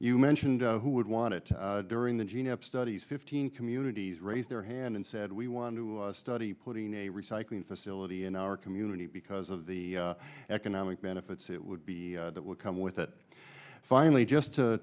you mentioned who would want it during the jean up studies fifteen communities raise their hand and said we want to study putting a recycling facility in our community because of the economic benefits it would be that would come with it finally just